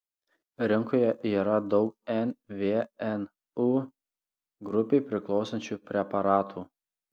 rinkoje yra daug nvnu grupei priklausančių preparatų